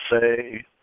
say